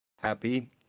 happy